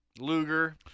Luger